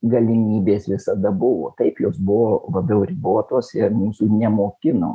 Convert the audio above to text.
galimybės visada buvo taip jos buvo labiau ribotos ir mūsų nemokino